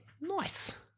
Nice